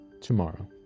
tomorrow